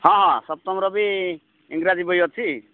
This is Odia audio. ହଁ ହଁ ସପ୍ତମ ର ବି ଇଂରାଜୀ ବହି ଅଛି